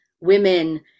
women